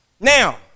Now